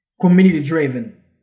community-driven